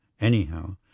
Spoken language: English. anyhow